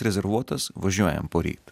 rezervuotas važiuojam poryt